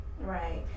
Right